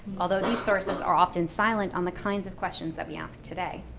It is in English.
although these sources are often silent on the kinds of questions that we ask today.